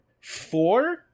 four